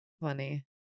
Funny